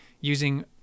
using